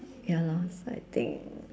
ya lor I think